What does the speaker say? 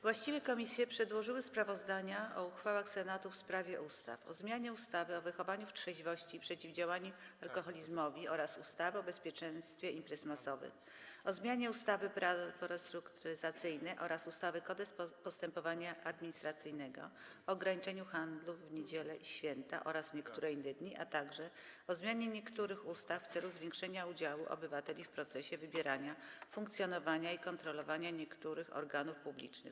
Właściwe komisje przedłożyły sprawozdania o uchwałach Senatu w sprawie ustaw: - o zmianie ustawy o wychowaniu w trzeźwości i przeciwdziałaniu alkoholizmowi oraz ustawy o bezpieczeństwie imprez masowych, - o zmianie ustawy Prawo restrukturyzacyjne oraz ustawy Kodeks postępowania administracyjnego, - o ograniczeniu handlu w niedziele i święta oraz w niektóre inne dni, - o zmianie niektórych ustaw w celu zwiększenia udziału obywateli w procesie wybierania, funkcjonowania i kontrolowania niektórych organów publicznych.